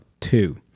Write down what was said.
two